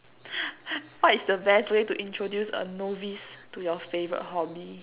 what is the best way to introduce a novice to your favorite hobby